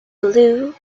blue